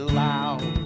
loud